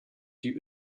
die